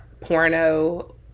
porno